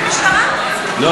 אדוני,